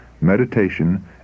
meditation